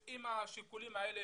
אם יהיו השיקולים האלה.